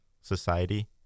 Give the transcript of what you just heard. society